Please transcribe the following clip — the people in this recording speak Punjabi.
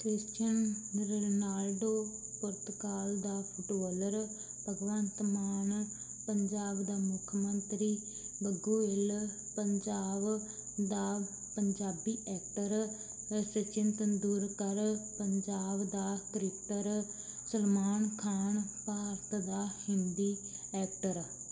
ਕਰਿਸਚਨ ਰੋਨਾਲਡੋ ਪੁਰਤਗਾਲ ਦਾ ਫੁਟਬੋਲਰ ਭਗਵੰਤ ਮਾਨ ਪੰਜਾਬ ਦਾ ਮੁੱਖ ਮੰਤਰੀ ਬਘੂਲ ਪੰਜਾਬ ਦਾ ਪੰਜਾਬੀ ਐਕਟਰ ਸਚਿਨ ਤੰਦੂਲਕਰ ਪੰਜਾਬ ਦਾ ਕ੍ਰਿਕਟਰ ਸਲਮਾਨ ਖਾਨ ਭਾਰਤ ਦਾ ਹਿੰਦੀ ਐਕਟਰ